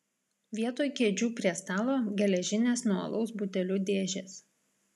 vietoj kėdžių prie stalo geležinės nuo alaus butelių dėžės